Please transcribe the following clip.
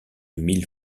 mille